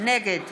נגד